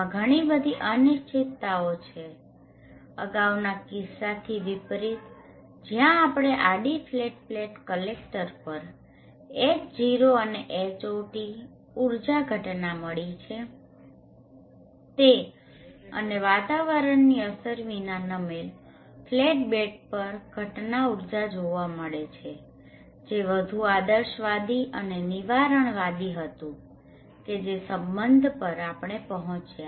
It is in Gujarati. આમાં ઘણી બધી અનિશ્ચિતતાઓ છે અગાઉના કિસ્સાઓથી વિપરીત જ્યાં આપણે આડી ફ્લેટ પ્લેટ કલેક્ટર પર H0 અને Hot ઊર્જા ઘટના મળી છે તે અને વાતાવરણની અસર વિના નમેલ ફ્લેટ બેડ પર ઘટના ઊર્જા જોવા મળે છે જે વધુ આદર્શવાદી અને નિવારણવાદી હતું કે જે સંબંધ પર આપણે પહોંચ્યા